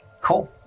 Cool